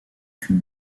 qu’une